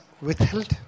withheld